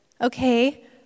okay